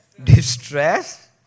Distress